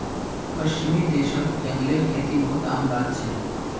पश्चिमी देशत जंगलेर खेती बहुत आम बात छेक